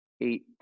eight